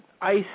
ice